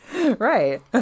right